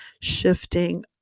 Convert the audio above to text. shifting